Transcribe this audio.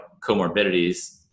comorbidities